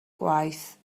gwaith